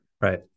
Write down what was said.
Right